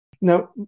Now